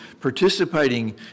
participating